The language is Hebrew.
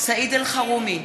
סעיד אלחרומי,